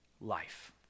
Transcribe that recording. life